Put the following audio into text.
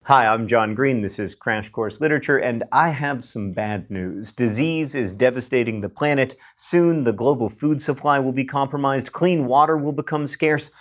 hi i'm john green, this is crash course literature and i have some bad news. disease is devastating the planet. soon the global food supply will be compromised, clean water will become scarce,